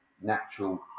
natural